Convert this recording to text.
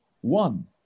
one